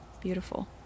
beautiful